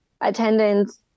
attendance